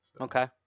Okay